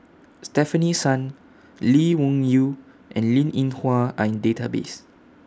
Stefanie Sun Lee Wung Yew and Linn in Hua Are in Database